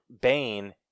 Bane